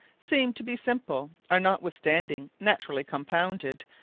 seeme to be simple, are notwithstanding naturally compounded,